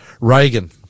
Reagan